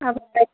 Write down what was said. अब